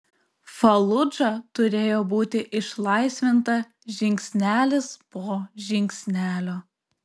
faludža turėjo būti išlaisvinta žingsnelis po žingsnelio